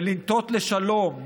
ולנטות לשלום,